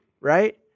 right